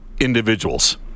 individuals